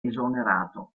esonerato